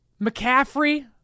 McCaffrey